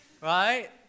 Right